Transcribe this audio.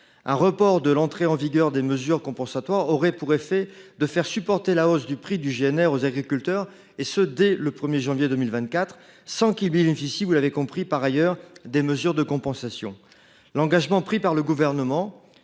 Un report de l’entrée en vigueur des mesures compensatoires aurait pour effet de faire supporter la hausse du prix du GNR aux agriculteurs dès le 1 janvier 2024 sans qu’ils bénéficient par ailleurs des mesures de compensations. L’engagement pris par le Gouvernement